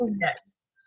Yes